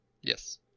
Yes